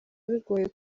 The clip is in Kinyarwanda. bigoye